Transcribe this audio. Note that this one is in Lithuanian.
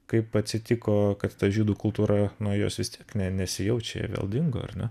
kaip atsitiko kad ta žydų kultūra nu jos vis tiek ne nesijaučia ji vėl dingo ar ne